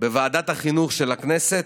בוועדת החינוך של הכנסת,